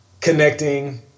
connecting